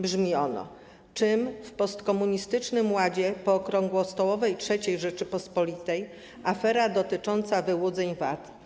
Brzmi ono: Czym jest w postkomunistycznym ładzie pookrągłostołowej III Rzeczypospolitej afera dotycząca wyłudzeń VAT?